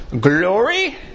glory